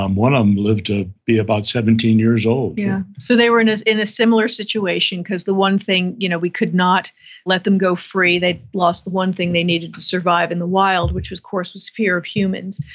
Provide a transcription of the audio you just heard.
um one of them lived to be about seventeen years old yeah so they were in in a similar situation because the one thing, you know we could not let them go free, they lost the one thing they needed to survive in the wild which, of course, was fear of humans.